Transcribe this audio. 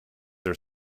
are